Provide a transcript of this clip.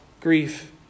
grief